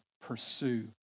pursue